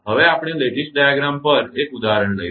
હવે આપણે lattice diagram પર એક ઉદાહરણ લઈશું